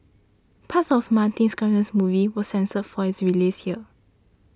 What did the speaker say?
parts of Martin Scorsese's movie was censored for its release here